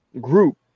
group